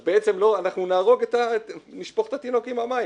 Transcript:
אז אנחנו נשפוך את התינוק עם המים.